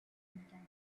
encampment